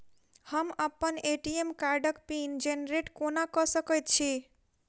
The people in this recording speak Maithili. हम अप्पन ए.टी.एम कार्डक पिन जेनरेट कोना कऽ सकैत छी?